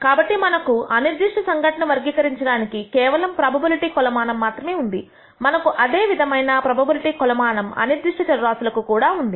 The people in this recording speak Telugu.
కాబట్టి మనకు అనిర్దిష్ట సంఘటనను వర్గీకరించడానికి కేవలము ప్రోబబిలిటీ కొలమానం మాత్రమే ఉంది మనకు అదే విధమైన ప్రోబబిలిటీ కొలమానం అనిర్దిష్ట చర రాశులకు కూడా ఉంది